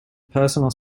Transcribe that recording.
personal